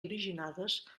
originades